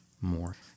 more